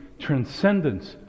transcendence